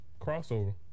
crossover